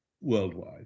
worldwide